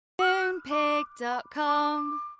Moonpig.com